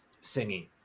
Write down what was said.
singing